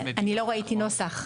אני לא ראיתי נוסח.